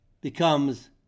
becomes